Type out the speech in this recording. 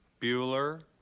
bueller